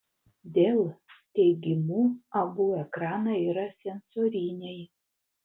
dell teigimu abu ekranai yra sensoriniai